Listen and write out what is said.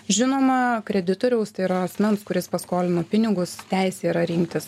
žinoma kreditoriaus tai yra asmens kuris paskolino pinigus teisė yra rinktis